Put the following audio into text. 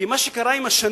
כי מה שקרה עם השנים,